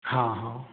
हाँ हाँ